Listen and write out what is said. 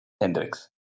Hendrix